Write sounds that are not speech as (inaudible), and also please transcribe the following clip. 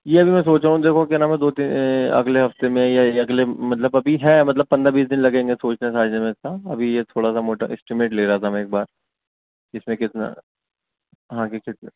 یہ ابھی میں سوچا ہوں دیکھو کیا نام ہے دو تین اگلے ہفتے میں یا اگلے مطلب ابھی ہیں پندرہ بیس دن لگیں گے سوچنے ساچنے میں (unintelligible) ابھی یہ تھوڑا سا موٹا اسٹیمیٹ لے رہا تھا ایک بار اس میں کتنا آگے (unintelligible)